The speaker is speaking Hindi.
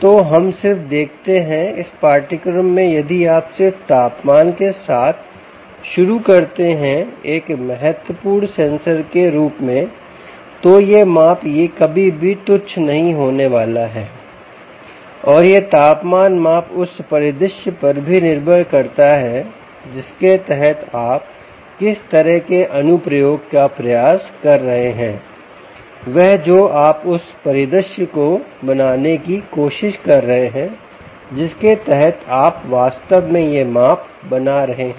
तो हम सिर्फ देखते हैं इस पाठ्यक्रम में यदि आप सिर्फ तापमान के साथ शुरू करते हैं एक महत्वपूर्ण सेंसर के रूप में तो यह माप यह कभी भी तुच्छ नहीं होने वाला है और यह तापमान माप उस परिदृश्य पर भी निर्भर करता है जिसके तहत आप किस तरह के अनुप्रयोग का प्रयास कर रहे हैं वह जो आप उस परिदृश्य को बनाने की कोशिश कर रहे हैं जिसके तहत आप वास्तव में यह माप बना रहे हैं